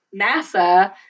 NASA